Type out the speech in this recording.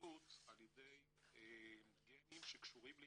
יהדות על ידי גנים שקשורים לאימהות.